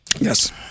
Yes